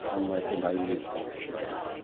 unlike the naive writer.